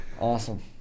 Awesome